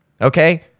Okay